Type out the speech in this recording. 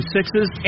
Sixes